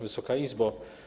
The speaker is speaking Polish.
Wysoka Izbo!